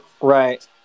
right